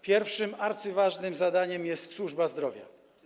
Pierwszym, arcyważnym zadaniem jest służba zdrowia.